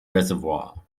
reservoir